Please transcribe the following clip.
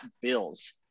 Bills